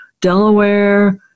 Delaware